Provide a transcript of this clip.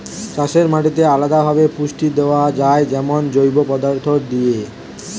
চাষের মাটিতে আলদা ভাবে পুষ্টি দেয়া যায় যেমন জৈব পদার্থ দিয়ে